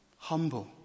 humble